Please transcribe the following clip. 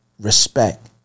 respect